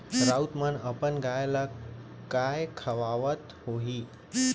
राउत मन अपन गाय ल काय खवावत होहीं